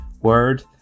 word